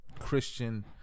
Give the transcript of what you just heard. Christian